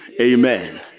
amen